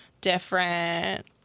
different